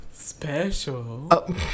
Special